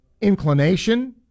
inclination